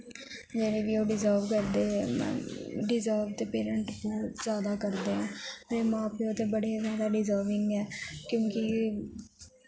जेह्ड़ी बी ओह् डिजर्व करदे न डिजर्व ते पैरंट्स बहुत जादा करदे न ते मां प्यो ते बड़े जादा डिजर्विंग ऐ क्युंकी